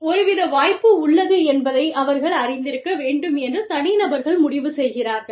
இதில் ஒருவித வாய்ப்பு உள்ளது என்பதை அவர்கள் அறிந்திருக்க வேண்டும் என்று தனிநபர்கள் முடிவு செய்கிறார்கள்